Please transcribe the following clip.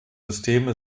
systeme